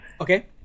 Okay